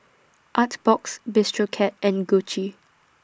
Artbox Bistro Cat and Gucci